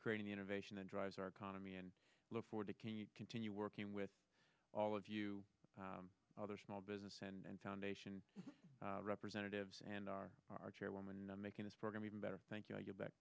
creating the innovation that drives our economy and look forward to can you continue working with all of you other small business and foundation representatives and our our chairwoman in making this program even better thank you i get back